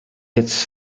its